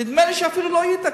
נדמה לי שאפילו לא היית כאן.